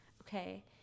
Okay